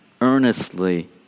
earnestly